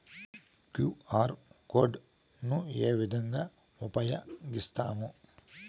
QR code ను ఏ విధంగా ఉపయగిస్తాము?